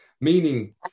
meaning